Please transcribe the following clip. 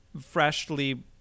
freshly